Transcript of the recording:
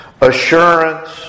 Assurance